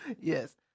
Yes